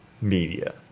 media